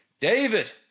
David